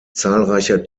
zahlreicher